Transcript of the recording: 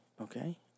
Okay